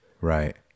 right